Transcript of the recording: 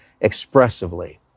expressively